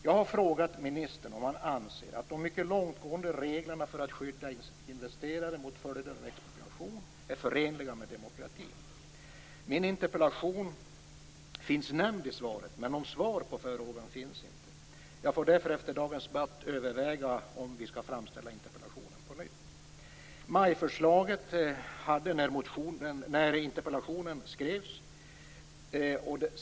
Jag har frågat ministern om han anser att de mycket långtgående reglerna för att skydda investerare mot följder av expropriation är förenliga med demokratin. Min interpellation finns nämnd i svaret, men något svar på frågan finns inte. Jag får därför efter dagens debatt överväga om jag skall framställa interpellationen på nytt.